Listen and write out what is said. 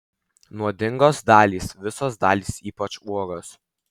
nuodingos dalys visos dalys ypač uogos